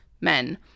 men